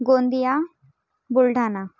Gondia Buldhana